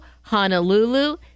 Honolulu